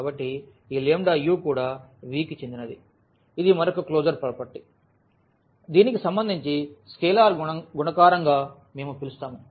కాబట్టి ఈ u కూడా V కి చెందినది ఇది మరొక క్లోజర్ ప్రాపర్టీ దీనికి సంబంధించి స్కేలార్ గుణకారం గా మేము పిలుస్తాము